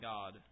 God